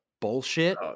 bullshit